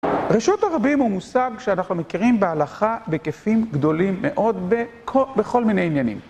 רשות הרבים הוא מושג שאנחנו מכירים בהלכה בהקפים גדולים מאוד בכל מיני עניינים.